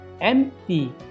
empty